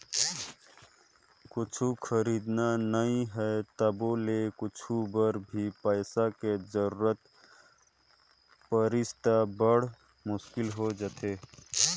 कुछु खरीदना नइ हे तभो ले कुछु बर भी पइसा के जरूरत परिस त बड़ मुस्कुल हो जाथे